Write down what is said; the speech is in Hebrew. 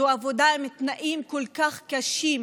זו עבודה עם תנאים כל כך קשים,